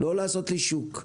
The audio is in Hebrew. לא לעשות לי שוק.